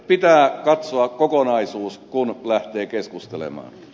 pitää katsoa kokonaisuus kun lähtee keskustelemaan